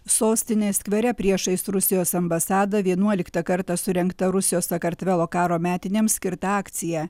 sostinės skvere priešais rusijos ambasadą vienuoliktą kartą surengta rusijos sakartvelo karo metinėms skirta akcija